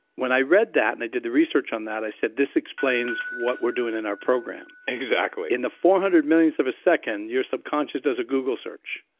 when i read that and i did the research on that i said this explains what we're doing in our program. exactly in the four hundred millionths of a second your subconscious does a google search.